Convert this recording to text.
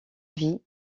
vie